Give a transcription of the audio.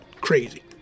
crazy